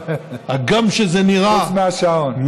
חוץ מהשעון.